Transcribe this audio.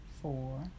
four